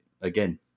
again